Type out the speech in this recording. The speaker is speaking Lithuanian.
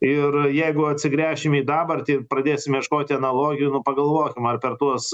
ir jeigu atsigręšim į dabartį ir pradėsim ieškoti analogijų nu pagalvokim ar per tuos